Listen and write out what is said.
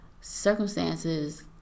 circumstances